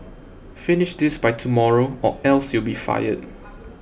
finish this by tomorrow or else you'll be fired